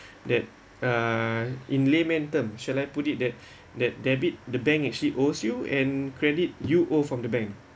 that uh in layman terms shall I put it that that debit the bank is she owes you and credit you owe from the bank